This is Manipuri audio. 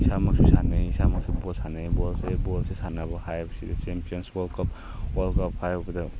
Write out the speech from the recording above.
ꯏꯁꯥꯃꯛꯁꯨ ꯁꯥꯟꯅꯩ ꯏꯁꯥꯃꯛꯁꯨ ꯕꯣꯜ ꯁꯥꯟꯅꯩ ꯕꯣꯜꯁꯦ ꯕꯣꯜꯁꯦ ꯁꯥꯟꯅꯕ ꯍꯥꯏꯕꯁꯤ champions world cup world cup ꯍꯥꯏꯔꯛꯄꯗ